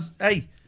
hey